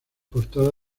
portada